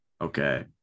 okay